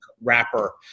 wrapper